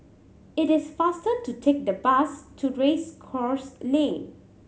it is faster to take the bus to Race Course Lane